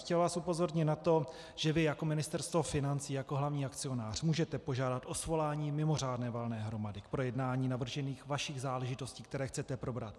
Chtěl bych vás upozornit na to, že vy jako Ministerstvo financí, jako hlavní akcionář, můžete požádat o svolání mimořádné valné hromady k projednání navržených vašich záležitostí, které chcete probrat.